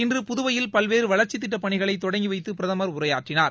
இன்று புதுவையில் பல்வேறு வளர்ச்சித் திட்டப்பணிகளை தொடங்கி வைத்து பிரதமர் உரையாற்றினார்